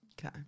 Okay